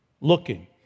looking